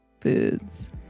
foods